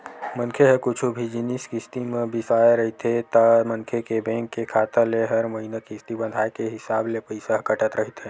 मनखे ह कुछु भी जिनिस किस्ती म बिसाय रहिथे ता मनखे के बेंक के खाता ले हर महिना किस्ती बंधाय के हिसाब ले पइसा ह कटत रहिथे